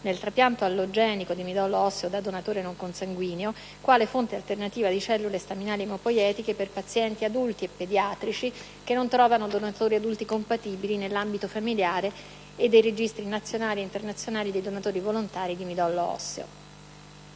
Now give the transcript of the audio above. nel trapianto allogenico di midollo osseo da donatore non consanguineo, quale fonte alternativa di cellule staminali emopoietiche per pazienti, adulti e pediatrici, che non trovano donatori adulti compatibili nell'ambito familiare e dei registri nazionale ed internazionali dei donatori volontari di midollo osseo.